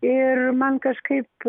ir man kažkaip